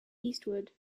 eastward